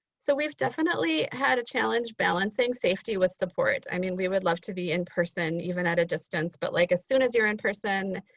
so we've definitely had a challenge balancing safety with support. i mean we would love to be in person even at a distance but as like soon as you're in person,